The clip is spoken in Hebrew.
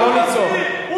לא לצעוק.